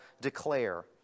declare